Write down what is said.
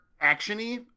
action-y